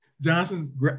Johnson